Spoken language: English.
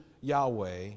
Yahweh